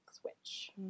switch